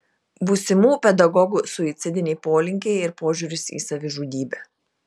būsimų pedagogų suicidiniai polinkiai ir požiūris į savižudybę